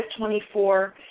24